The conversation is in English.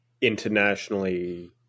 internationally